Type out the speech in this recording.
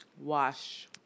Wash